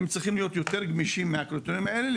הם צריכים להיות יותר גמישים מהקריטריונים האלה,